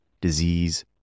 disease